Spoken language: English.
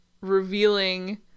Revealing